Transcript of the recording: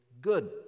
good